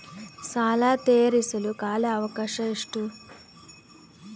ಸಾಲ ತೇರಿಸಲು ಕಾಲ ಅವಕಾಶ ಎಷ್ಟು?